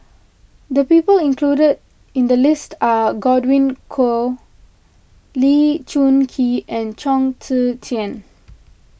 the people included in the list are Godwin Koay Lee Choon Kee and Chong Tze Chien